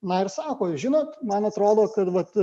na ir sako jūs žinot man atrodo kad vat